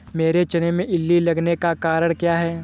मेरे चने में इल्ली लगने का कारण क्या है?